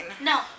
No